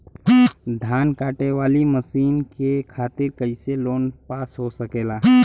धान कांटेवाली मशीन के खातीर कैसे लोन पास हो सकेला?